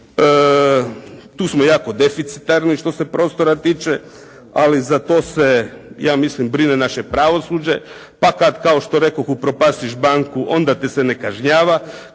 tu smo jako deficitarni što se prostora tiče, ali za to se ja mislim brine naše pravosuđe, pa kad kao što rekoh upropastiš banku onda te se ne kažnjava,